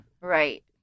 right